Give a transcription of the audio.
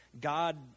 God